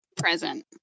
present